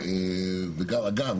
אגב,